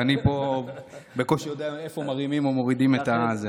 ואני פה בקושי יודע לאיפה מרימים או מורידים את זה.